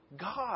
God